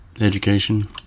education